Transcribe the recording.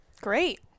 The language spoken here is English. great